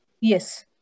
Yes